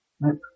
Nope